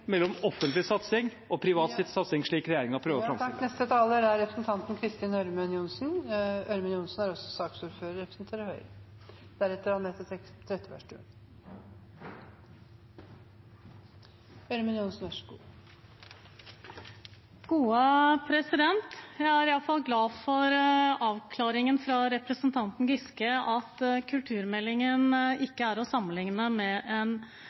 mellom offentlig satsing og privat satsing, slik regjeringen prøver å si. Jeg er iallfall glad for avklaringen fra representanten Giske om at kulturmeldingen ikke er å sammenligne med en